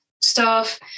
staff